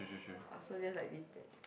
orh so just like depend